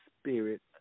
Spirit